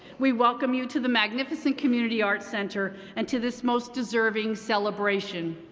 we welcome you to the magnificent community art center and to this most deserving celebration.